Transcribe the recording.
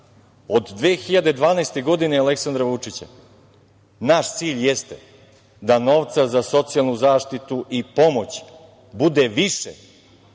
od 2012. godine i Aleksandra Vučića, naš cilj jeste da novca za socijalnu zaštitu i pomoć bude više,